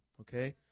Okay